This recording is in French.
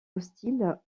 hostile